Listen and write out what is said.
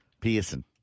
Pearson